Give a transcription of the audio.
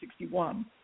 1961